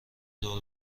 دور